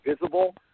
visible